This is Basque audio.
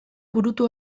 burutu